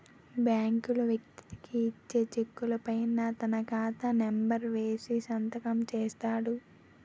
బ్యాంకులు వ్యక్తికి ఇచ్చే చెక్కుల పైన తన ఖాతా నెంబర్ వేసి సంతకం చేస్తాడు